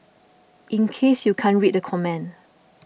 in case you can't read the comment